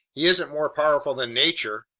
he isn't more powerful than nature.